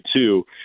two